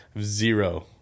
zero